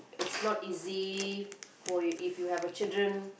it's not easy for if you have a children